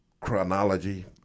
chronology